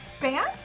band